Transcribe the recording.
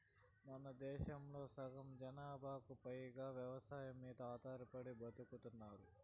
మనదేశంలో సగం జనాభాకు పైగా వ్యవసాయం మీద ఆధారపడి బతుకుతున్నారు